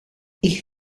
ich